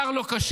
שר לא כשיר.